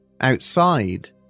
Outside